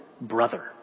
brother